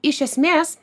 iš esmės